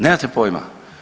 Nemate poima.